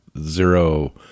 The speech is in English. zero